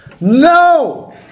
no